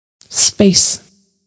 space